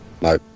No